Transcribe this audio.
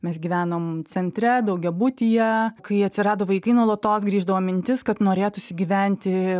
mes gyvenom centre daugiabutyje kai atsirado vaikai nuolatos grįždavo mintis kad norėtųsi gyventi